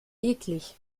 eklig